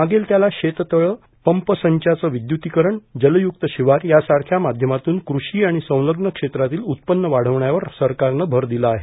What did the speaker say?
मागेल त्याला शेततळ पंपसंचाचं विद्युतीकरण जलयुक्त शिवार यासारख्या माध्यमातून कूषी आणि संलग्न क्षेत्रातील उत्पन्न वाढवण्यावर सरकारने भर दिला आहे